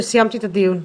ואז סיימתי את הדיון.